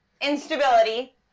instability